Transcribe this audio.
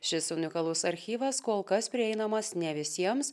šis unikalus archyvas kol kas prieinamas ne visiems